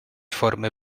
formy